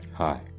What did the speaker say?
Hi